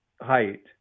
Height